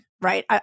right